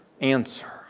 answer